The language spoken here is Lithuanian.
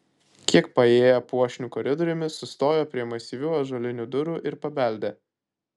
kiek paėję puošniu koridoriumi sustojo prie masyvių ąžuolinių durų ir pabeldė